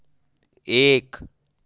एक